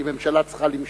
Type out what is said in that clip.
כי ממשלה צריכה למשול,